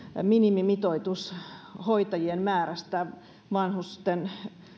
minimimitoitus hoitajien määrästä vanhusten